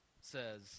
says